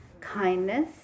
kindness